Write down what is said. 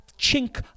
chink